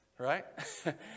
Right